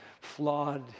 flawed